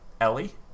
Ellie